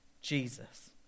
Jesus